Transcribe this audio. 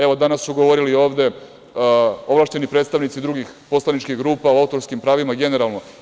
Evo, danas su govorili ovde ovlašćeni predstavnici drugih poslaničkih grupa o autorskim pravima generalno.